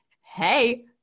hey